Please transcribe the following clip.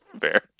Fair